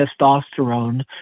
testosterone